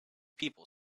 people